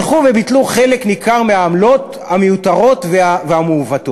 הלכו וביטלו חלק ניכר מהעמלות המיותרות והמעוותות.